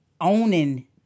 owning